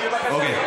אוקיי.